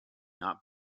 not